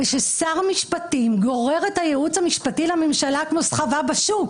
וששר משפטים גורר את הייעוץ המשפטי לממשלה כמו סחבה בשוק.